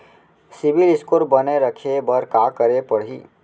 CIBIL score बने रखे बर का करे पड़ही?